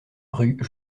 rue